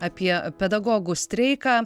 apie pedagogų streiką